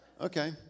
Okay